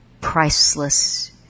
priceless